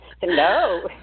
Hello